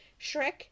shrek